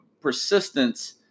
persistence